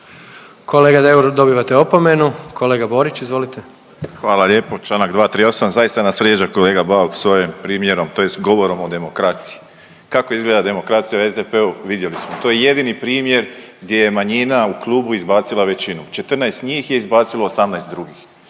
Kolega Deur dobivate opomenu. Kolega Borić izvolite. **Borić, Josip (HDZ)** Hvala lijepo. Čl. 238. zaista nas vrijeđa kolega Bauk s ovim primjerom tj. govorom o demokraciji. Kako izgleda demokracija u SDP-u vidjeli smo. To je jedini primjer gdje je manjina u klubu izbacila većinu 14 njih je izbacilo 18 drugih,